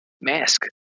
mask